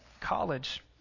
college